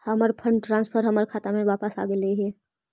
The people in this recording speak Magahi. हमर फंड ट्रांसफर हमर खाता में वापस आगईल हे